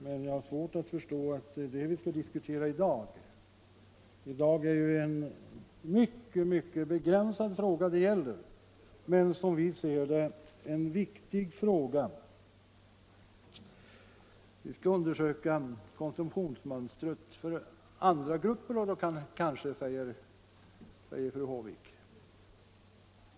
Men jag har svårt att förstå att vi skall diskutera detta i dag — i dag är det en mycket begränsad fråga det gäller men en, som vi ser det, viktig fråga. Vi bör kanske också undersöka konsumtionsmönstret för andra grupper, säger fru Håvik.